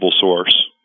source